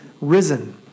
risen